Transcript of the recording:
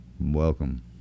welcome